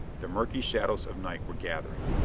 the murky shadows of night were gathering,